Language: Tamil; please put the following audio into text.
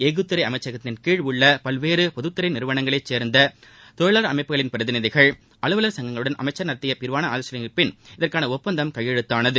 எஃகு துறை அமைச்சகத்தின்கீழ் உள்ள பல்வேறு பொதுத்துறை நிறுவனங்களை சேர்ந்த தொழிலாளர் அமைப்புகளின் பிரதிநிதிகள் அலுவலர் சங்கங்களுடன் அமைச்சகம் நடத்திய விரிவாள ஆலோசனைக்குப்பின் இதற்கான ஒப்பந்தம் கையெழுத்தானது